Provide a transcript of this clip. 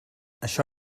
això